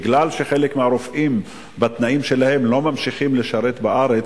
בגלל שחלק מהרופאים בגלל התנאים שלהם לא ממשיכים לשרת בארץ,